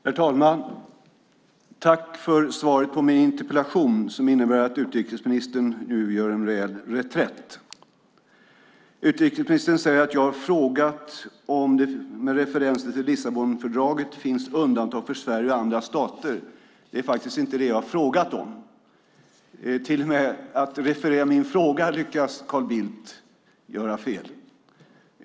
Herr talman! Jag tackar utrikesministern för svaret på min interpellation som innebär att utrikesministern nu gör en rejäl reträtt. Utrikesministern säger att jag har frågat om det, med referenser till Lissabonfördraget, finns undantag för Sverige och andra stater. Men det är inte det jag frågat om. Till och med när det gäller att referera min fråga lyckas Carl Bildt göra fel.